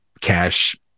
cash